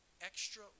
extra